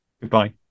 goodbye